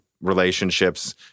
relationships